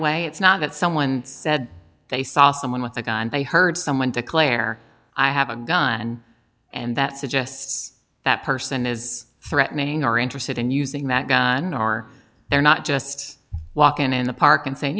way it's not that someone said they saw someone with a gun they heard someone declare i have a gun and that suggests that person is threatening or interested in using that gun or they're not just walkin in a park and saying